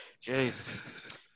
Jesus